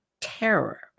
terror